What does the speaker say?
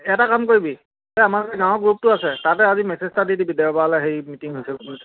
এটা কাম কৰিবি এই আমাৰ গাঁৱৰ গ্ৰুপটো আছে তাতে আজি মেছেজ এটা দি দিবি দেওবাৰলে হেৰি মিটিং হৈছে বুলি